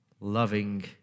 loving